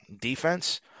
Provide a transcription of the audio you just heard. defense